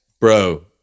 Bro